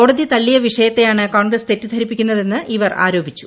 കോടതി തള്ളിയ വിഷയത്തെയാണ് കോൺഗ്രസ് തെറ്റിദ്ധരിപ്പിക്കുന്നതെന്ന് ഇവർ ആരോപിച്ചു